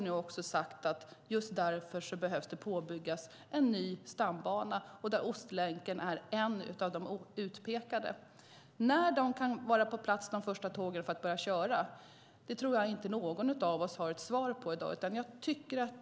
Just därför behöver det påbyggas en ny stambana, och där är Ostlänken av de utpekade sträckorna. När de första tågen kan vara på plats för att börja köra tror jag inte någon av oss har ett svar på i dag.